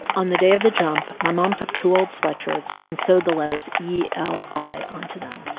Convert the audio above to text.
on the day of the jump, my mom took two old sweatshirts and sewed the letters e l i onto them.